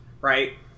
right